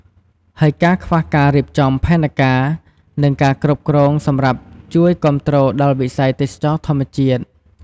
ហើយការខ្វះការរៀបចំផែនការ និងការគ្រប់គ្រងសម្រាប់ជួយគាំទ្រដល់វិស័យទេសចរណ៍ធម្មជាតិ ។